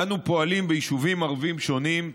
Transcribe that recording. אנו פועלים ביישובים ערביים שונים,